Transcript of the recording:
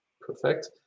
Perfect